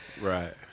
Right